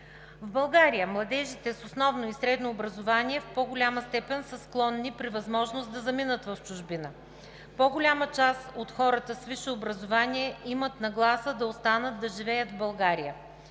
В България младежите с основно и средно образование в по-голяма степен са склонни при възможност да заминат в чужбина. По-голяма част от хората с висше образование имат нагласа да останат да живеят в България.